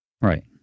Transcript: right